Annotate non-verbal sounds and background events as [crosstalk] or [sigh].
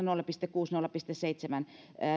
[unintelligible] nolla pilkku kuusi viiva nolla pilkku seitsemän